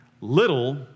little